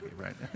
right